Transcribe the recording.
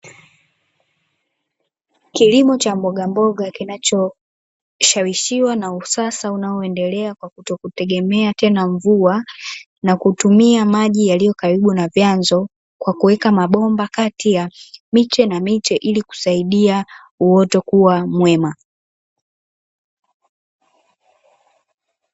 Kilimo cha mbogamboga kinachoshawishiwa na usasa unaoendelea kwa kutokutegemea tena mvua, na kutumia maji yaliyokaribu na vyanzo kwa kuweka mabomba kati ya miche na miche ilikusaidia uoto kuwa mwema.